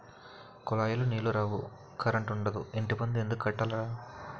కులాయిలో నీలు రావు కరంటుండదు ఇంటిపన్ను ఎందుక్కట్టాల